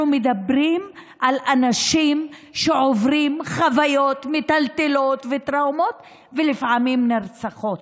אנחנו מדברים על נשים שעוברות חוויות מטלטלות וטראומות ולפעמים נרצחות,